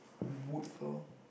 wood floor